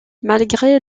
malgré